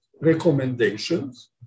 recommendations